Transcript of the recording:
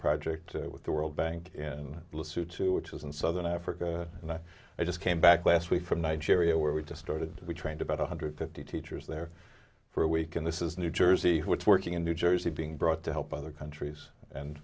project with the world bank in lawsuit two which is in southern africa and i just came back last week from nigeria where we just started we trained about one hundred fifty teachers there for a week and this is new jersey which working in new jersey being brought to help other countries and